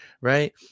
right